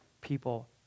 people